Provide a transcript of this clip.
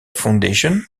foundation